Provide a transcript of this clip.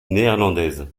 néerlandaise